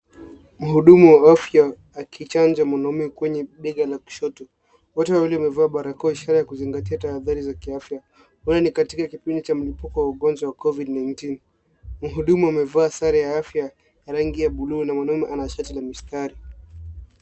Mhudumu wa afya akichanja mwanaume kwenye bega la kushoto, wote wawili wamevaa barakoa ishara ya kuzingatia tahadhari za kiafya, huenda ni katika kipindi cha mlipuko wa ugonjwa wa Covid 19.Mhudumu amevaa sare ya afya ya rangi ya buluu na mwanaume ana shati la mistari.